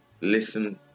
listen